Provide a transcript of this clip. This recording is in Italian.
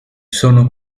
sono